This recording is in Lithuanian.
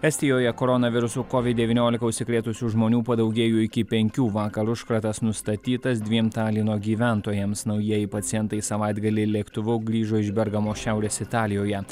estijoje corona virusu covid devyniolika užsikrėtusių žmonių padaugėjo iki penkių vakar užkratas nustatytas dviem talino gyventojams naujieji pacientai savaitgalį lėktuvu grįžo iš bergamo šiaurės italijoje